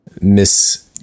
miss